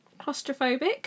claustrophobic